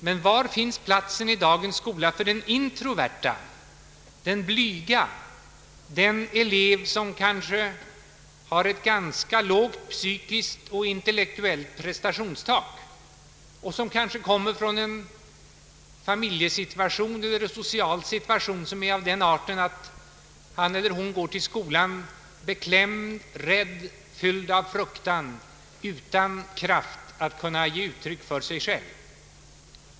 Men var finns platsen i dagens skola för den introverta, den blyga, den elev som kanske har ett ganska lågt psykiskt och intellektuellt prestationstak och som kanske kommer från en familjesituation eller social situation som är av den arten att han eller hon går till skolan beklämd, rädd, fylld av fruktan, utan kraft att kunna ge uttryck för sig själv?